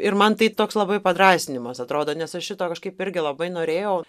ir man tai toks labai padrąsinimas atrodo nes aš šito kažkaip irgi labai norėjau